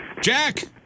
Jack